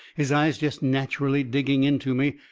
his eyes jest natcherally digging into me.